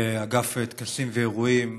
לאגף טקסים ואירועים.